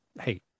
Hey